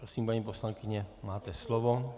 Prosím, paní poslankyně, máte slovo.